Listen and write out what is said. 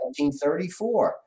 1934